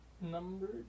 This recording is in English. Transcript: Number